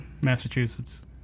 Massachusetts